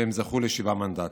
והם זכו לשבעה מנדטים.